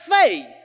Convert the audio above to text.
faith